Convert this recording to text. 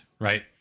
right